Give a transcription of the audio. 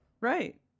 Right